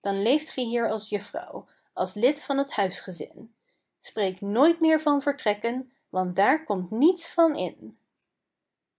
dan leeft ge hier als juffrouw als lid van t huisgezin spreek nooit meer van vertrekken want daar komt niets van in